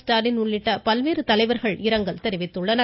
ஸ்டாலின் உள்ளிட்ட பல்வேறு தலைவர்கள் இரங்கல் தெரிவித்துள்ளனர்